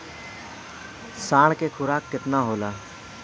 साढ़ के खुराक केतना होला?